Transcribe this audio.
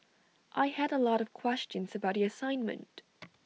I had A lot of questions about the assignment